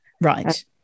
Right